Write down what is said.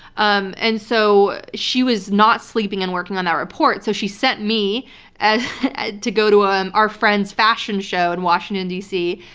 um and so she was not sleeping and working on that report. so she sent me and to go to ah um our friend's fashion show in washington dc.